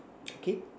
K